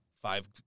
five